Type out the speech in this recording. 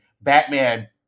Batman